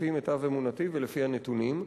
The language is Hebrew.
לפי מיטב אמונתי ולפי הנתונים,